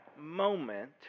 moment